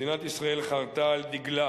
מדינת ישראל חרתה על דגלה